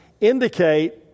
indicate